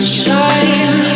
shine